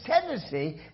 tendency